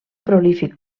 prolífic